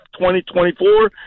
2024